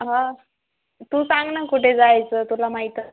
हा तू सांग ना कुठे जायचं तुला माहीतच